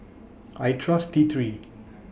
I Trust T three